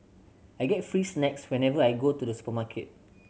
I get free snacks whenever I go to the supermarket